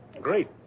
Great